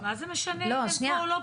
מה זה משנה, אם הם פה, או לא פה?